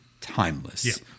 timeless